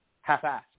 half-assed